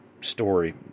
story